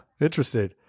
Interesting